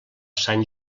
sant